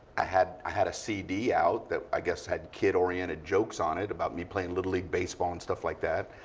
i had i had a cd out that, i guess, had kid oriented jokes on it about me playing little league baseball and stuff like that.